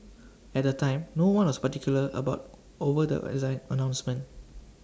at the time no one was particularly about over the announcement